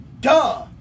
Duh